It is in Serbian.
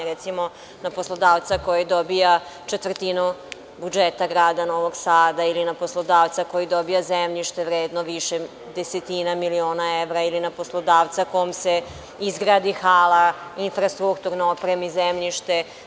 Recimo, na poslodavca koji dobija četvrtinu budžeta grada Novog Sada, ili na poslodavca koji dobija zemljište vredno više desetina miliona evra, ili na poslodavca kom se izgradi hala, infrastrukturno opremi zemljište?